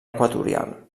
equatorial